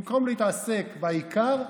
במקום להתעסק בעיקר,